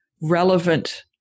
relevant